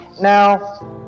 Now